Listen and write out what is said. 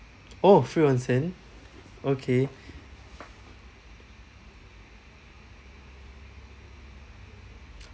oh free onsen okay